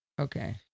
Okay